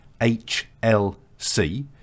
HLC